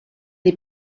des